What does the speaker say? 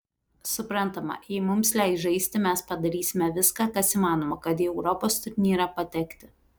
suprantama jei mums leis žaisti mes padarysime viską kas įmanoma kad į europos turnyrą patekti